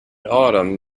autumn